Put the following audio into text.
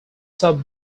sub